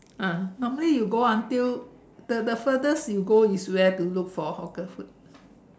uh normally you go until the the furthest you go is where to look for hawker food